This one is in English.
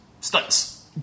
Stunts